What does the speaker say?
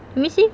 let me see